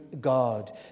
God